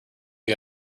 you